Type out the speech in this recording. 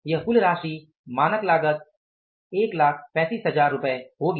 यह कुल राशि मानक लागत 135000 रुपये होगी